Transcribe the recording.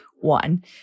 one